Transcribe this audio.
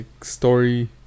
story